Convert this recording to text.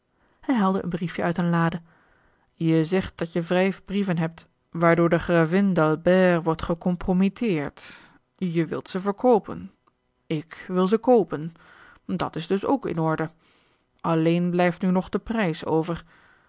hij haalde een briefje uit een lade je zegt dat je vijf brieven hebt waardoor de gravin d'albert wordt gecompromitteerd je wilt ze verkoopen ik wil ze koopen dat is dus ook in orde alleen blijft nu nog de prijs over